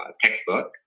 textbook